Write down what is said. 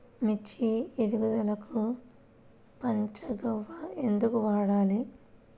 మిర్చి ఎదుగుదలకు పంచ గవ్య ఎందుకు వాడాలి?